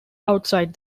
outside